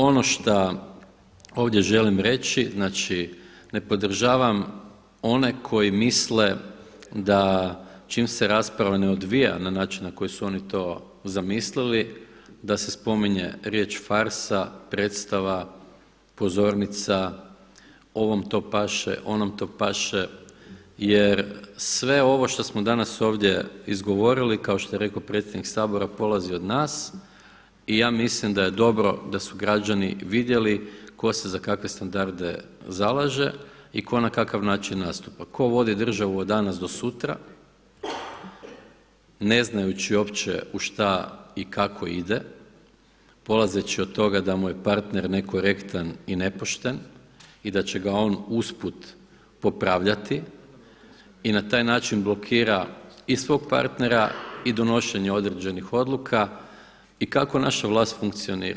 Ono šta ovdje želim reći znači ne podržavam one koji misle da čim se rasprava ne odvija na način na koji su oni to zamislili da se spominje riječ farsa, predstava, pozornica, ovom to paše, onom to paše jer sve ovo što smo danas ovdje izgovorili kao što je rekao predsjednik Sabora polazi od nas i ja mislim da je dobro da su građani vidjeli tko se za kakve standarde zalaže i tko na kakav način nastupa, tko vodi državu od danas do sutra ne znajući uopće u šta i kako ide, polazeći od toga da mu je partner nekorektan i nepošten i da će ga on usput popravljati i na taj način blokira i svog partnera i donošenje određenih odluka, i kako naša vlast funkcionira.